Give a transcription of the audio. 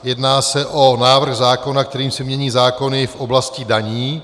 Jedná se o návrh zákona, kterým se mění zákony v oblasti daní.